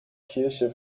kirche